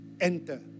Enter